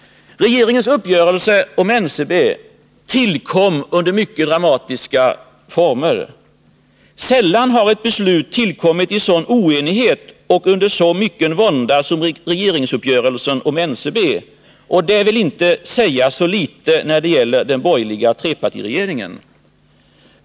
Regeringens uppgörelse om NCB tillkom under mycket dramatiska former. Sällan har ett beslut tillkommit i sådan oenighet och under så mycken vånda som regeringsuppgörelsen om NCB. Och det vill inte säga så litet när det gäller den borgerliga trepartiregeringen.